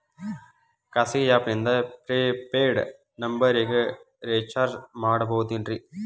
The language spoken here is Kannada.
ಖಾಸಗಿ ಆ್ಯಪ್ ನಿಂದ ಫ್ರೇ ಪೇಯ್ಡ್ ನಂಬರಿಗ ರೇಚಾರ್ಜ್ ಮಾಡಬಹುದೇನ್ರಿ?